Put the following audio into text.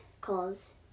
cause